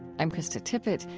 i'm krista tippett.